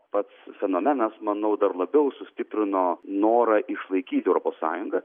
pats fenomenas manau dar labiau sustiprino norą išlaikyti europos sąjungą